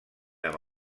amb